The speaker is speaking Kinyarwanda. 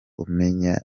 umenya